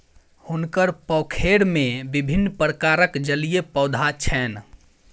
हुनकर पोखैर में विभिन्न प्रकारक जलीय पौधा छैन